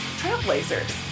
trailblazers